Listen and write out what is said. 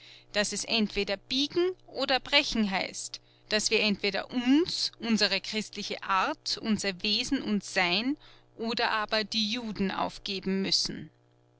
daß es entweder biegen oder brechen heißt daß wir entweder uns unsere christliche art unser wesen und sein oder aber die juden aufgeben müssen